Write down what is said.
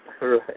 Right